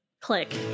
Click